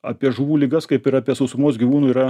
apie žuvų ligas kaip ir apie sausumos gyvūnų yra